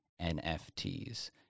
NFTs